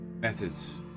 methods